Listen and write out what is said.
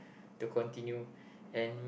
to continue and